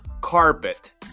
carpet